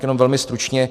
Jenom velmi stručně.